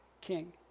King